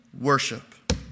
worship